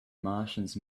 martians